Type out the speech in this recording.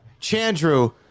Chandru